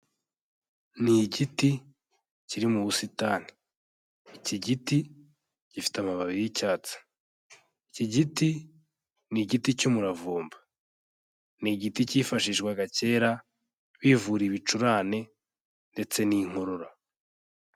Ni igiti kiri mu busitani, iki giti gifite amababi y'icyatsi, iki giti ni igiti cy'umuravumba. Ni igiti cyifashishwaga kera bivura ibicurane ndetse n'inkorora.